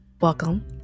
welcome